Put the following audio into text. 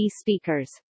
Speakers